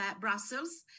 Brussels